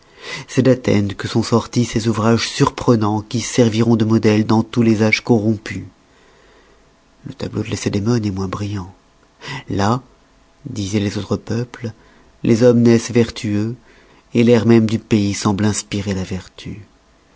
c'est d'athènes que sont sortis ces ouvrages surprenans qui serviront de modèles dans tous les âges corrompus le tableau de lacédémone est moins brillant là disoient les autres peuples les hommes naissent vertueux l'air même du pays semble inspirer la vertu